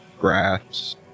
grass